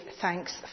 thanks